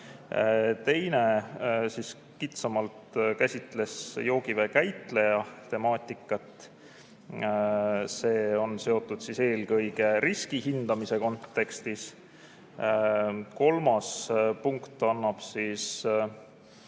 Teine käsitles kitsamalt joogivee käitleja temaatikat. See on seotud eelkõige riskihindamise kontekstis. Kolmas punkt annab